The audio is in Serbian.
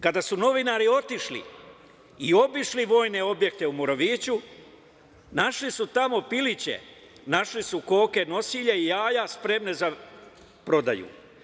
Kada su novinari otišli i obišli vojne objekte u Moroviću, našli su tamo piliće, našli su koke nosilje i jaja spremne za prodaju.